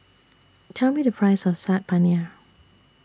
Tell Me The Price of Saag Paneer